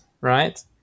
right